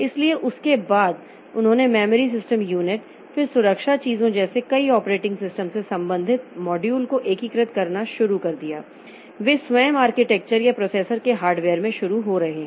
इसलिए इसके बाद उन्होंने मेमोरी सिस्टम यूनिट फिर सुरक्षा चीजों जैसे कई ऑपरेटिंग सिस्टम से संबंधित मॉड्यूल को एकीकृत करना शुरू कर दिया कि वे स्वयं आर्किटेक्चर या प्रोसेसर के हार्डवेयर में शुरू हो रहे हैं